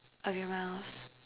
of your mouth